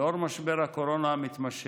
לנוכח משבר הקורונה המתמשך,